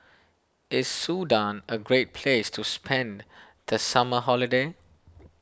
is Sudan a great place to spend the summer holiday